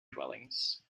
dwellings